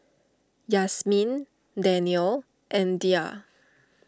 Yasmin Danial and Dhia